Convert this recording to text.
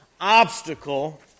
obstacle